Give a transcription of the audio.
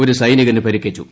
ഒരു സെനികന് പരിക്കേറ്റു